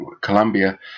Colombia